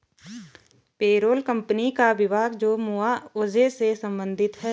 payroll company का विभाग जो मुआवजे से संबंधित है